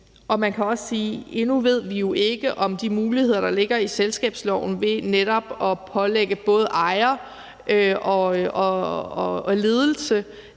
Man kan også sige, at vi jo endnu ikke ved, om de muligheder, der ligger i selskabsloven i forhold til netop at pålægge både ejer og ledelse